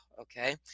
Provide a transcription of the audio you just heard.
okay